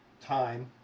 time